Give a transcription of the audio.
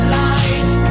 light